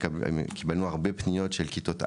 קיבלנו הרבה פניות של כיתות א',